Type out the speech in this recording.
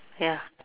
ya